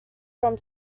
from